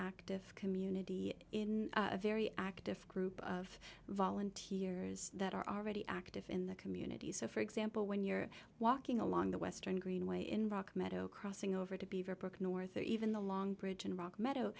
active community in a very active group of volunteers that are already active in the community so for example when you're walking along the western greenway in rock meadow crossing over to beaver book and worth even the long bridge in rock meadow